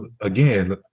again